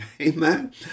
Amen